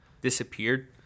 disappeared